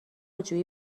جویی